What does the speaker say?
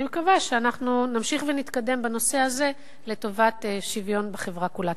אני מקווה שאנחנו נמשיך ונתקדם בנושא הזה לטובת שוויון בחברה כולה.